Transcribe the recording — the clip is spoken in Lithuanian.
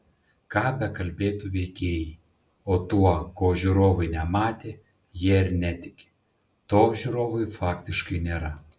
ką bekalbėtų veikėjai o tuo ko žiūrovai nematė jie ir netiki to žiūrovui faktiškai nėra